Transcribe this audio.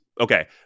Okay